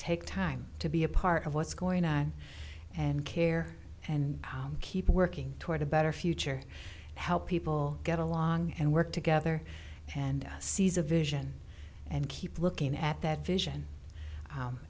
take time to be a part of what's going on and care and keep working toward a better future to help people get along and work together and sees a vision and keep looking at that vision